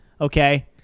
Okay